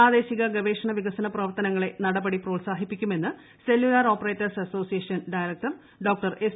പ്രിാദ്ദേശിക ഗവേഷണ വികസന പ്രവർത്തനങ്ങളെ നടപടി ് പ്രോത്സാഹിപ്പിക്കുമെന്ന് Cellular Operators Association director doctor S